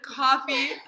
coffee